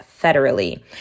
federally